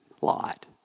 Lot